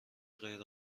غیر